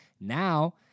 Now